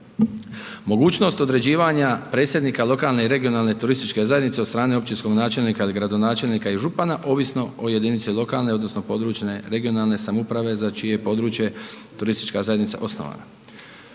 Mogućnost određivanja predsjednika lokalne i regionalne turističke zajednice od strane općinskog načelnika ili gradonačelnika i župana, ovisno o jedinici lokalne, odnosno područne (regionalne) samouprave, za čije je područje turistička zajednica osnovana.